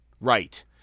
Right